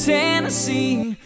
Tennessee